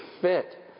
fit